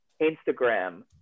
Instagram